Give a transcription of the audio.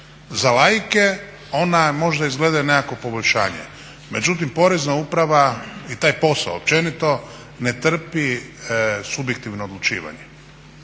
za laike ona može izgleda nekakvo poboljšanje, međutim Porezna uprava i taj posao općenito ne trpi subjektivno odlučivanje.